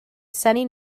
synnu